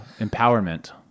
Empowerment